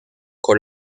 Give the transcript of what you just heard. con